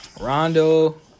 Rondo –